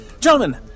Gentlemen